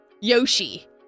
Yoshi